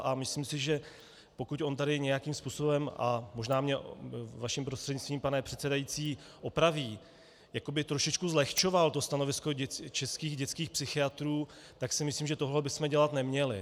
A myslím si, že pokud on tady nějakým způsobem a možná mě vaším prostřednictvím, pane předsedající, opraví jakoby trošičku zlehčoval to stanovisko českých dětských psychiatrů, tak si myslím, že tohle bychom dělat neměli.